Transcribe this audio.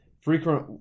Frequent